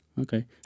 okay